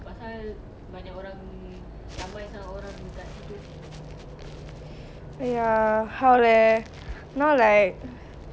ya how leh now leh stay at home stare at the wall then stare back !wah! don't know what to do already